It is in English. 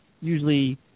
usually